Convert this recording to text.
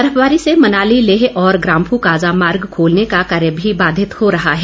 बर्फबारी से मनाली लेह और ग्रम्फू काजा मार्ग खोलने का कार्य भी बाधित हो रहा है